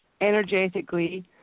energetically